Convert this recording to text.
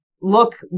look